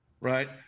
right